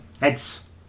Heads